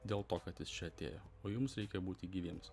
dėl to kad jis čia atėjo o jums reikia būti gyviems